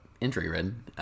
injury-ridden